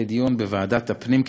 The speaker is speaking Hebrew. לדיון בוועדת הפנים,